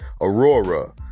Aurora